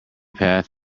path